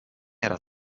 era